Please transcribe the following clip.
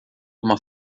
uma